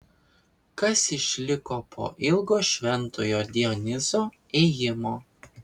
kas išliko po ilgo šventojo dionizo ėjimo